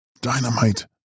Dynamite